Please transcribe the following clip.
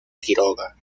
quiroga